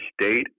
state